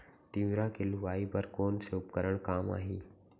तिंवरा के लुआई बर कोन से उपकरण काम आही?